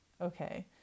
okay